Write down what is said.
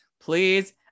Please